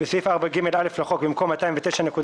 בסעיף 4ג(א) לחוק, במקום "209.3%"